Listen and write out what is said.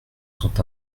sont